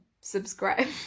subscribe